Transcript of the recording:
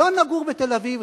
לא נגור בתל-אביב,